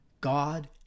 God